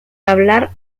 hablar